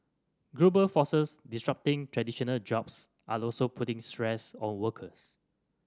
global forces disrupting traditional jobs are also putting stress on workers